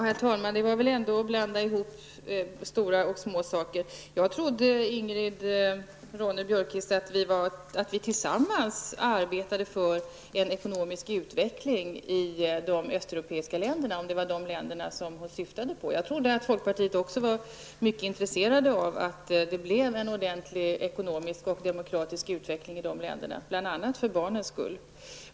Herr talman! Det där var väl ändå att blanda ihop stort och smått! Ingrid Ronne-Björkqvist, jag trodde att vi tillsammans arbetade för en ekonomisk utveckling i de östeuropeiska länderna -- jag förmodar att det var de länderna du syftade på. Jag trodde att folkpartiet också var intresserat av att det blev en ordentlig ekonomisk och demokratisk utveckling i de länderna -- bl.a. för barnens skull.